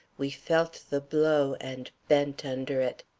we felt the blow, and bent under it.